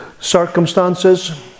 circumstances